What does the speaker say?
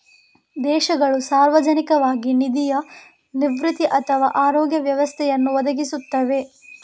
ದೇಶಗಳು ಸಾರ್ವಜನಿಕವಾಗಿ ನಿಧಿಯ ನಿವೃತ್ತಿ ಅಥವಾ ಆರೋಗ್ಯ ವ್ಯವಸ್ಥೆಯನ್ನು ಒದಗಿಸುತ್ತವೆ